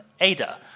Ada